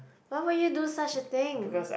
why would you do such a thing